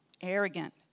arrogant